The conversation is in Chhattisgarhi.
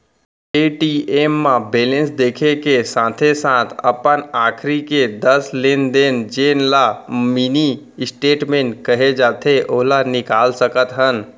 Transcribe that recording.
ए.टी.एम म बेलेंस देखे के साथे साथ अपन आखरी के दस लेन देन जेन ल मिनी स्टेटमेंट कहे जाथे ओला निकाल सकत हन